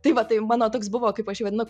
tai va tai mano toks buvo kaip aš jį vadinu